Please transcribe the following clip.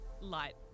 light